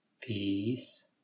peace